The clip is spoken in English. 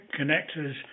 connectors